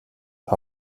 par